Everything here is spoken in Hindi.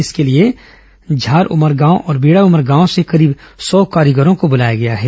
इसके लिए झार उमरगांव और बेड़ा उमरगांव से करीब सौ कारीगरों को बुलाया गया है